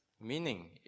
meaning